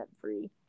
free